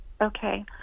Okay